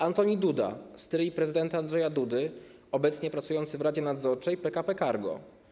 Antoni Duda, stryj prezydenta Andrzeja Dudy, obecnie pracujący w Radzie Nadzorczej PKP Cargo.